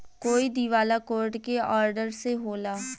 कोई दिवाला कोर्ट के ऑर्डर से होला